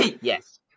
Yes